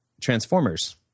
transformers